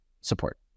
support